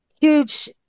huge